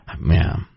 man